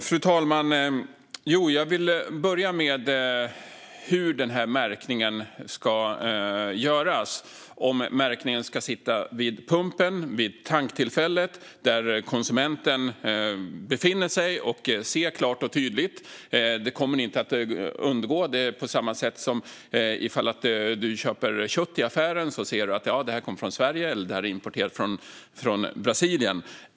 Fru talman! Jag vill börja med frågan om hur märkningen ska göras. Ska den sitta vid pumpen där konsumenten befinner sig vid tanktillfället, så att man kan se den klart och tydligt och den inte går att undgå? Det är på samma sätt som när du köper kött i affären, där du ser om det kommer från Sverige eller om det är importerat från Brasilien.